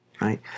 right